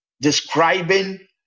describing